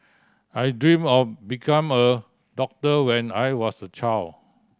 I dream of becoming a doctor when I was a child